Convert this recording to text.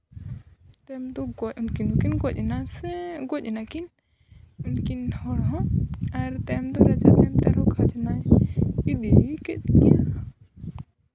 ᱛᱟᱭᱚᱢ ᱫᱚ ᱩᱱᱠᱤᱱ ᱦᱚᱸ ᱠᱤᱱ ᱜᱚᱡ ᱮᱱᱟ ᱥᱮ ᱜᱚᱡ ᱱᱟᱹᱠᱤᱱ ᱩᱱᱠᱤᱱ ᱦᱚᱲ ᱦᱚᱸ ᱟᱨ ᱛᱟᱭᱚᱢ ᱫᱚ ᱨᱟᱡᱟᱭ ᱛᱟᱦᱮᱸ ᱠᱟᱱ ᱨᱮᱦᱚᱸ ᱠᱷᱟᱡᱽᱱᱟᱭ ᱤᱫᱤ ᱠᱮᱫ ᱜᱮᱭᱟ